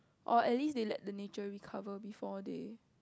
or at least they let the nature recover before they